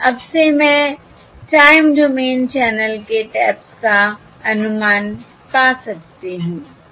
और अब से मैं टाइम डोमेन चैनल के टैप्स का अनुमान पा सकती हूं